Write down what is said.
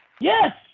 Yes